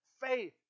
faith